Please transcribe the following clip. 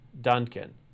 Duncan